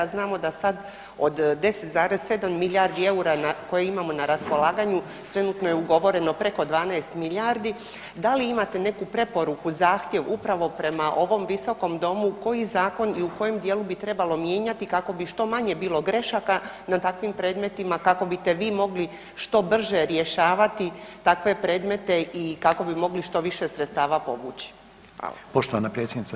Znamo da sad od 10,7 milijardi EUR-a koje imamo na raspolaganju trenutno je ugovoreno preko 12 milijardi, da li imate neku preporuku, zahtjev upravo prema ovom visokom domu koji zakon i u kojem dijelu bi trebalo mijenjati kako bi što manje bilo grešaka na takvim predmetima, kako bite vi mogli što brže rješavati takve predmete i kako bi mogli što više sredstava povući.